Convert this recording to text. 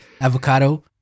Avocado